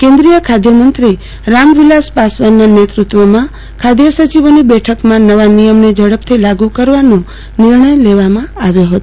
કેન્દ્રીય ખાધમંત્રી રામવિલાસ પાસવાનના નેતૃત્વમાં ખાધ સચિવોની બેઠકમાં નવા નિયમને ઝડપથી લાગુ કરવાનો નિર્ણય લેવામાં આવ્યો હતો